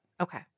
Okay